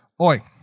oi